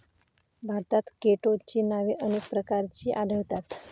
भारतात केटोची नावे अनेक प्रकारची आढळतात